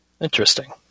Interesting